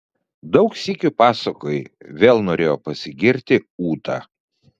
daug sykių pasakojai vėl norėjo pasigirti ūta